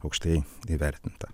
aukštai įvertinta